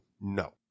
no